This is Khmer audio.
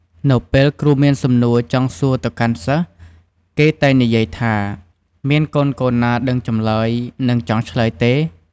នៅពេលគ្រូមានសំណួរចង់សួរទៅកាន់សិស្ស គេតែងនិយាយថា មានកូនៗណា ដឹងចម្លើយ និងចង់ឆ្លើយទេ។